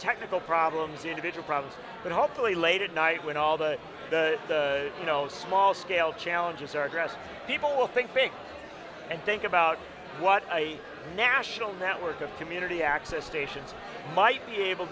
technical problems individual problems but hopefully late at night when all the you know small scale challenges are pressed people will think big and think about what i national network of community access stations might be able